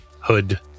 hood